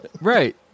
right